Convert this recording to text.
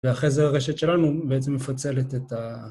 ואחרי זה הרשת שלנו בעצם מפצלת את ה...